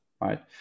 right